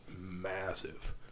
massive